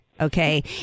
okay